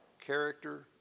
Character